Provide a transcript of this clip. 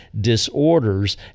disorders